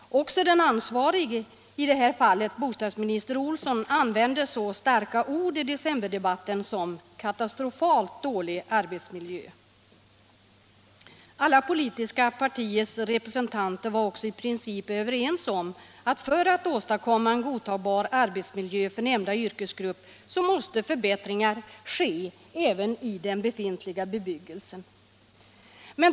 Också den ansvarige, i det här fallet fru bostadsministern Olsson, använde i decemberdebatten så starka ord som ”katastrofalt dålig arbetsmiljö”. Alla politiska partiers representanter var också i princip överens om att om man vill åstadkomma en godtagbar arbetsmiljö för nämnda yrkesgrupp, måste förbättringar ske även i den befintliga bebyggelsen.